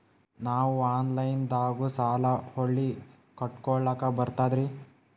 ನಾವು ಆನಲೈನದಾಗು ಸಾಲ ಹೊಳ್ಳಿ ಕಟ್ಕೋಲಕ್ಕ ಬರ್ತದ್ರಿ?